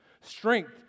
Strength